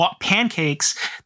pancakes